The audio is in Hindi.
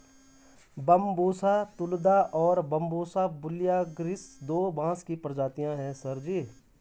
बंबूसा तुलदा और बंबूसा वुल्गारिस दो बांस की प्रजातियां हैं सर जी